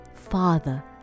Father